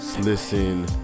listen